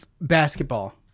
basketball